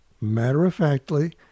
matter-of-factly